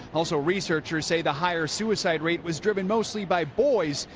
also researchers say the higher suicide rate was driven mostly by boys,